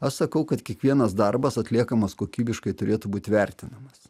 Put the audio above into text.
aš sakau kad kiekvienas darbas atliekamas kokybiškai turėtų būt vertinamas